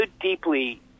deeply